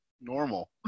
normal